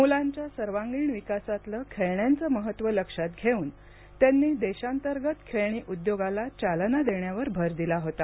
मुलांच्या सर्वांगीण विकासातलं खेळण्यांचं महत्त्व लक्षात घेऊन त्यांनी देशांतर्गत खेळणी उद्योगाला चालना देण्यावर भर दिला होता